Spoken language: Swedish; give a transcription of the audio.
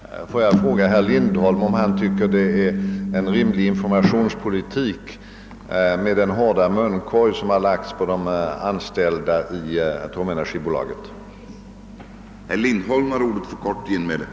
Herr talman! Får jag fråga herr Lindholm om han tycker att man för en rimlig informationspolitik när man lägger så hård munkorg på de anställda som man gjort inom atomenergibolaget?